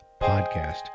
podcast